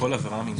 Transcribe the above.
כל עבירה מינהלית.